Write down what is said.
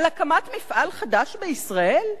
על הקמת מפעל חדש בישראל?